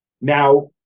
Now